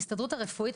ההסתדרות הרפואית,